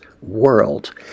world